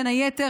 בין היתר,